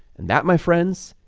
and that my friends,